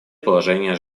положения